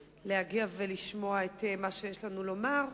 להגיע ולשמוע את מה שיש לנו לומר.